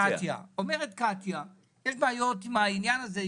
אומרת קטיה שיש בעיות עם העניין הזה,